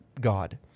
God